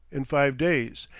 in five days,